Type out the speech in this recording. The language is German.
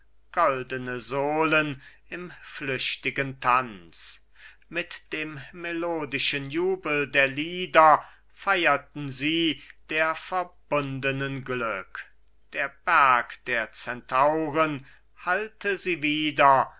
sohlen im flüchtigen tanz mit dem melodischen jubel der lieder feierten sie der verbundenen glück der berg der centauren hallte sie wieder